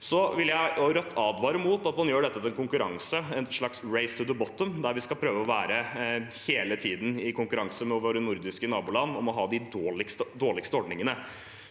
Jeg og Rødt vil advare mot at man gjør dette til en konkurranse, et slags «race to the bottom», der vi hele tiden skal prøve å konkurrere med våre nordiske naboland om å ha de dårligste ordningene.